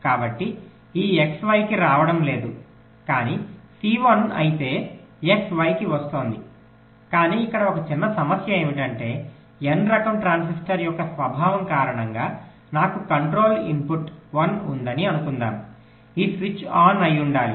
కాబట్టి ఈ X Y కి రావడం లేదు కానీ C 1 అయితే X Y కి వస్తోంది కానీ ఇక్కడ ఒక చిన్న సమస్య ఏమిటంటే n రకం ట్రాన్సిస్టర్ యొక్క స్వభావం కారణంగా నాకు కంట్రోల్ ఇన్పుట్ 1 ఉందని అనుకుందాం ఈ స్విచ్ ఆన్ అయ్యుండాలి